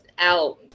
out